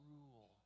rule